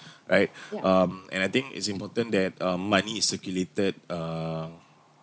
right um and I think it's important that um money is circulated uh